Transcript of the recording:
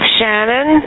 Shannon